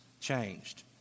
changed